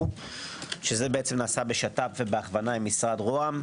שזה נעשה בשת"פ ובהכוונה עם משרד רה"מ.